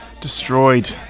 destroyed